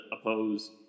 oppose